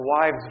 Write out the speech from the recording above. wives